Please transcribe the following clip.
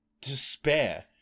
despair